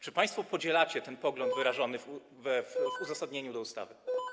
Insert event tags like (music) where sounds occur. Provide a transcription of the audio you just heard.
Czy państwo podzielacie ten pogląd (noise) wyrażony w uzasadnieniu ustawy?